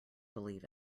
believe